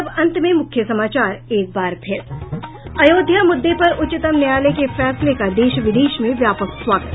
और अब अंत में मुख्य समाचार एक बार फिर अयोध्या मुद्दे पर उच्चतम न्यायालय के फैसले का देश विदेश में व्यापक स्वागत